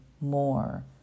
more